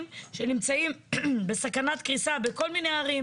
שנמצאים בסכנת קריסה בכל מיני ערים.